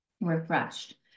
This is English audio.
refreshed